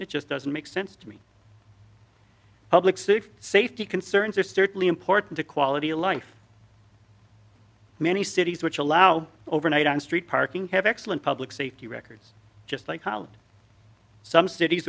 it just doesn't make sense to me public safety safety concerns are certainly important to quality of life many cities which allow overnight on street parking have excellent public safety records just like college some cities